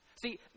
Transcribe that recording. See